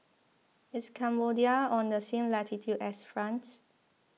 is Cambodia on the same latitude as France